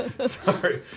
Sorry